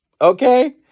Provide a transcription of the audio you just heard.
Okay